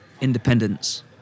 independence